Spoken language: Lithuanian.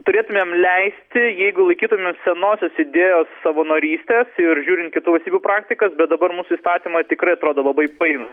turėtumėm leisti jeigu laikytumės senosios idėjos savanorystės ir žiūrint kitų tipų praktikas bet dabar mūsų įstatymai tikrai atrodo labai painūs